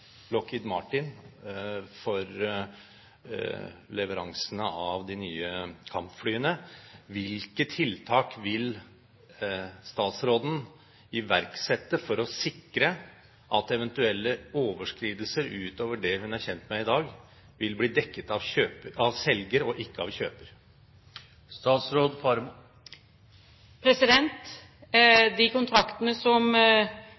Lockheed Martin om leveransene av de nye kampflyene, hvilke tiltak vil statsråden iverksette for å sikre at eventuelle overskridelser utover det hun er kjent med i dag, vil bli dekket av selger og ikke av kjøper? De kontraktene som